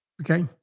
okay